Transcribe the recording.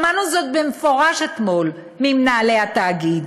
שמענו זאת במפורש אתמול ממנהלי התאגיד.